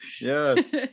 Yes